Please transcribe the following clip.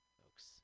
folks